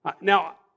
Now